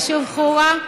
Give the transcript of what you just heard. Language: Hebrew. ליישוב חורה.